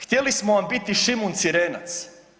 Htjeli smo vam biti Šimun Cirenac.